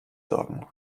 sorgen